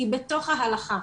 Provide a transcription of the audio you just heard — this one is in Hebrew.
כי בתוך ההלכה,